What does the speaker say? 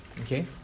Okay